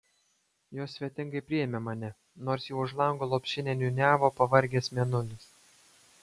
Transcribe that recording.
jos svetingai priėmė mane nors jau už lango lopšinę niūniavo pavargęs mėnulis